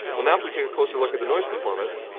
well, now if we take a closer look at the noise performance,